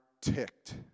ticked